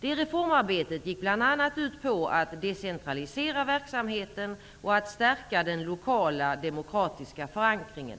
Det reformarbetet gick bl.a. ut på att decentralisera verksamheten och att stärka den lokala demokratiska förankringen.